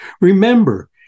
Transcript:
Remember